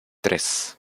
tres